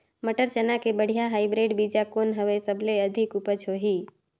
मटर, चना के बढ़िया हाईब्रिड बीजा कौन हवय? सबले अधिक उपज होही?